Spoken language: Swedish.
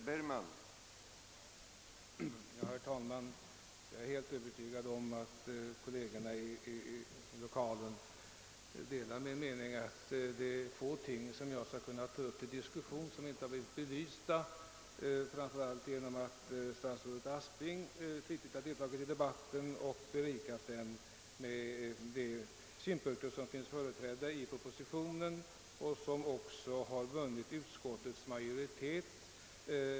Herr talman! Jag är helt övertygad om att kollegerna i kammaren delar min uppfattning att det återstår få ting för mig att ta upp till diskussion vilka inte redan blivit belysta, framför allt genom att socialminister Aspling flitigt deltagit i debatten och berikat den med de synpunkter som redovisats i propositionen och som även biträtts av utskottsmajoriteten.